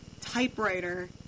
typewriter